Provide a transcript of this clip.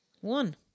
One